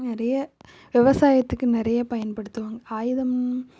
நிறைய விவசாயத்துக்கு நிறைய பயன்படுத்துவாங்க ஆயுதம்